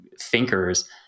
thinkers